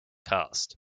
cast